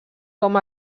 com